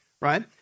right